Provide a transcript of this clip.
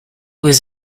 was